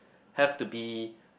have to be